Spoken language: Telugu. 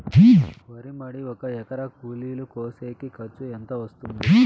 వరి మడి ఒక ఎకరా కూలీలు కోసేకి ఖర్చు ఎంత వస్తుంది?